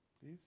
Please